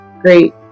great